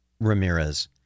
Ramirez